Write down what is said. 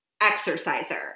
exerciser